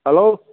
hello